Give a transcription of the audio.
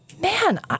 man